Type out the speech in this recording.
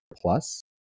plus